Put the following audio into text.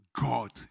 God